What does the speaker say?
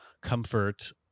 comfort